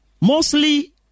Mostly